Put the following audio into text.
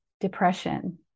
depression